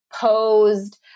posed